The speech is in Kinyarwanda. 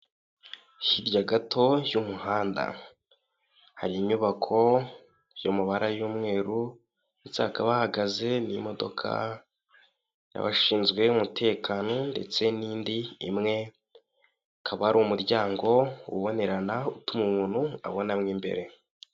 Hirya gato y'umuhanda hari inyubako yo mu barara y'umweru ndetse hakaba hahagaze n'imodoka y'abashinzwe umutekano ndetse n'indi imwe, hakaba hari umuryango ubonerana utuma umuntu abona mo imbere.